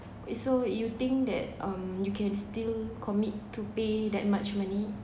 so you think that um you can still commit to pay that much money